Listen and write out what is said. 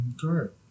Correct